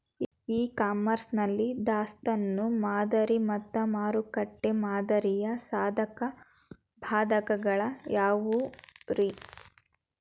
E commerce ನಲ್ಲಿ ದಾಸ್ತಾನು ಮಾದರಿ ಮತ್ತ ಮಾರುಕಟ್ಟೆ ಮಾದರಿಯ ಸಾಧಕ ಬಾಧಕಗಳ ಯಾವವುರೇ?